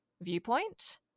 viewpoint